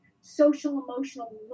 social-emotional